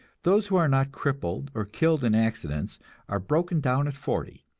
those who are not crippled or killed in accidents are broken down at forty,